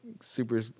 super